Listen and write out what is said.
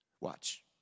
Watch